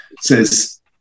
says